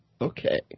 Okay